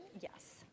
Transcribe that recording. Yes